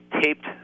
taped